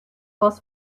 was